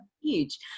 huge